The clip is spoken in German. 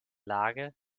lage